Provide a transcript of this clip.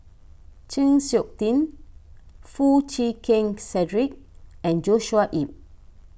Chng Seok Tin Foo Chee Keng Cedric and Joshua Ip